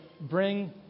bring